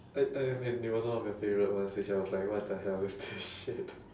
I I mean it was one of your favourite ones which I was like what the hell is this shit